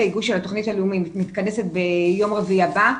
התוכנית הלאומית מתכנסת ביום רביעי הבא.